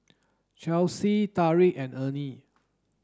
Chelsea Tarik and Ernie